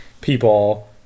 people